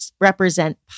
represent